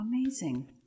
Amazing